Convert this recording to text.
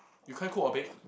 you can't cook or bake